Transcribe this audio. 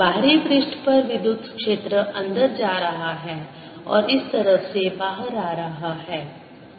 बाहरी पृष्ठ पर विद्युत क्षेत्र अंदर जा रहा है और इस तरफ से बाहर आ रहा है